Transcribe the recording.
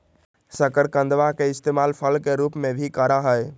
शकरकंदवा के इस्तेमाल फल के रूप में भी करा हई